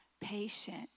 patient